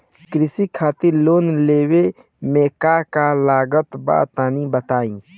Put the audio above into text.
कृषि खातिर लोन लेवे मे का का लागत बा तनि बताईं?